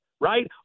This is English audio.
right